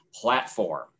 platform